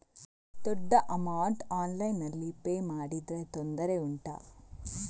ದೊಡ್ಡ ಅಮೌಂಟ್ ಆನ್ಲೈನ್ನಲ್ಲಿ ಪೇ ಮಾಡಿದ್ರೆ ತೊಂದರೆ ಉಂಟಾ?